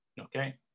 Okay